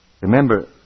Remember